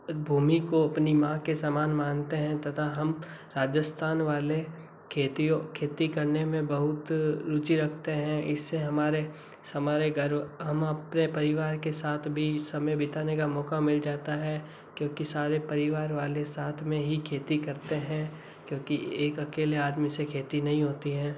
भूमि को अपनी माँ के समान मानते हैं तथा हम राजस्थान वाले खेतियों खेती करने में बहुत रुचि रखते हैं इससे हमारे हमारे घरों हम अपने परिवार के साथ भी समय बिताने का मौक़ा मिल जाता है क्योंकि सारे परिवार वाले साथ में ही खेती करते हैं क्योंकि एक अकेले आदमी से खेती नहीं होती है